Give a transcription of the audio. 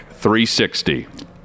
360